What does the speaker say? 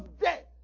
dead